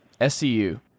SCU